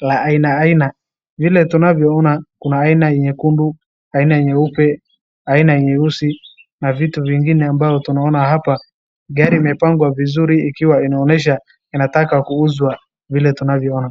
ya aina aina, vile tunavyoona kuna aina ya nyekundu, aina nyeupe, aina nyeusi na vitu vingine ambayo tunaona hapa. Gari imepangwa vizuri ikiwa inaonyesha inataka kuuzwa vile tunavyoona.